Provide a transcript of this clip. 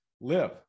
live